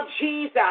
Jesus